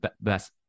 best